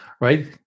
right